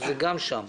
זה גם שם.